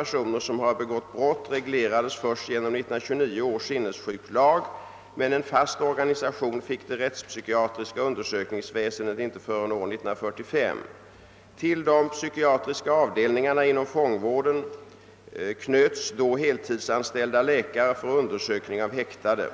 personer som har begått brott reglerades först genom 1929 års sinnessjuklag men en fast organisation fick det rättspsykiatriska undersökningsväsendet inte förrän år 1945. Till de psykiatriska avdelningarna inom fångvården knöts då heltidsanställda läkare för undersökning av häktade.